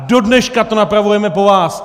A dodneška to napravujeme po vás!